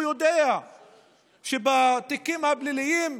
הוא יודע שבתיקים פליליים,